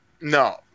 No